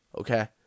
Okay